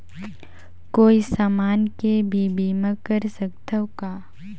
कोई समान के भी बीमा कर सकथव का?